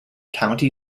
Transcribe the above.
county